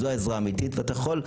זו העזרה האמיתית ואתה יכול,